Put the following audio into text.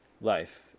life